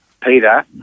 Peter